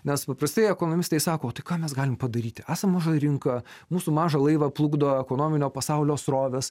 nes paprastai ekonomistai sako o tai ką mes galim padaryti esam maža rinka mūsų mažą laivą plukdo ekonominio pasaulio srovės